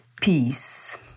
peace